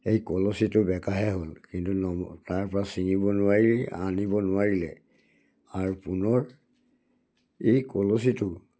এই কলচীটো বেকাহে হ'ল কিন্তু নম তাৰপৰা ছিঙিব নোৱাৰিলে আনিব নোৱাৰিলে আৰু পুনৰ এই কলচীটো